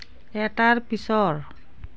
এটাৰ পিছৰ